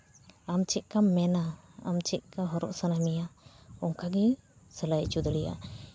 ᱟᱢ ᱪᱮᱫᱠᱟᱢ ᱢᱮᱱᱟ ᱟᱢ ᱪᱮᱫᱠᱟ ᱦᱚᱨᱚᱜ ᱥᱟᱱᱟᱢᱮᱭᱟ ᱚᱱᱠᱟᱜᱮ ᱥᱮᱞᱟᱭ ᱦᱚᱪᱚ ᱫᱟᱲᱮᱭᱟᱜ